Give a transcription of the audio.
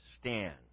stand